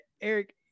Eric